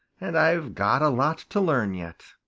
and i've got a lot to learn yet.